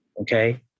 okay